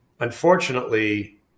Unfortunately